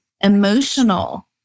Emotional